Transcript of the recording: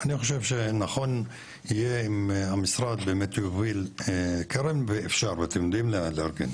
אני חושב שנכון יהיה אם המשרד באמת יוביל קרן ואפשר אתם יודעים לארגן.